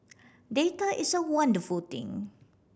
data is a wonderful thing